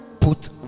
put